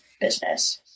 business